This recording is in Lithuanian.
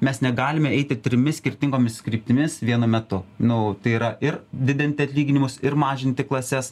mes negalime eiti trimis skirtingomis kryptimis vienu metu nu tai yra ir didinti atlyginimus ir mažinti klases